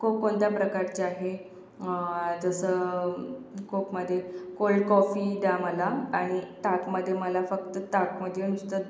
कोक कोणत्या प्रकारचे आहे जसं कोकमध्ये कोल्ड कॉफी द्या मला आणि ताकमध्ये मला फक्त ताक म्हणजे नुसतं